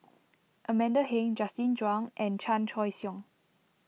Amanda Heng Justin Zhuang and Chan Choy Siong